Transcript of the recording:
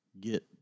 get